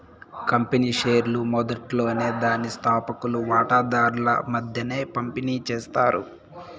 company షేర్లు మొదట్లోనే దాని స్తాపకులు వాటాదార్ల మద్దేన పంపిణీ చేస్తారు